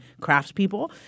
craftspeople